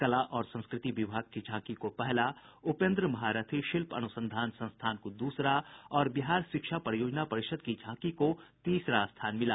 कला और संस्कृति विभाग की झांकी को पहला उपेन्द्र महारथी शिल्प अनुसंधान संस्थान को दूसरा और बिहार शिक्षा परियोजना परिषद की झांकी को तीसरा स्थान मिला